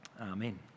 Amen